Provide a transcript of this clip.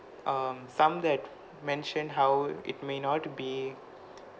um some that mention how it may not be